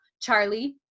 Charlie